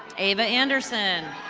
eva anderson.